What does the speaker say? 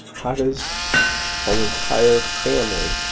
how does an entire family